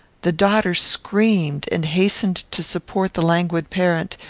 the daughter screamed, and hastened to support the languid parent,